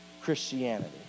Christianity